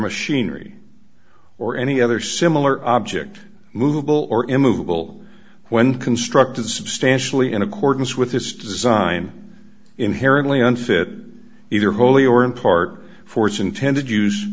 machinery or any other similar object movable or immovable when constructed substantially in accordance with this design inherently unfit either wholly or in part for its intended use